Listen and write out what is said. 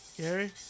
Gary